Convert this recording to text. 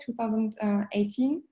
2018